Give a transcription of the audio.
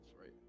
right